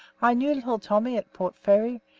i knew little tommy at port fairy.